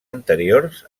anteriors